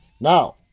Now